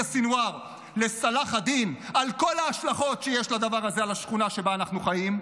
סנוואר לסלאח א-דין על כל ההשלכות שיש לדבר הזה על השכונה שבה אנחנו חיים,